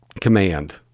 command